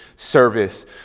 service